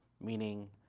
meaning